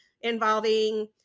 involving